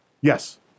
Yes